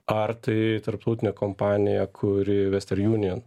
ar tai tarptautinė kompanija kuri western union